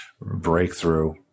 breakthrough